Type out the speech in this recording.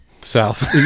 South